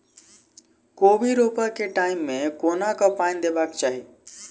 कोबी रोपय केँ टायम मे कोना कऽ पानि देबाक चही?